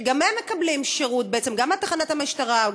שגם הם מקבלים שירות בעצם גם מתחנת המשטרה,